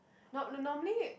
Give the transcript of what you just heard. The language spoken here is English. no no normally